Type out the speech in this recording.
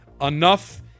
enough